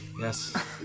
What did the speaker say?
Yes